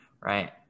right